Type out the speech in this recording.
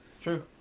True